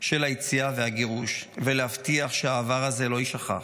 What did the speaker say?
של היציאה והגירוש, ולהבטיח שהעבר הזה לא יישכח,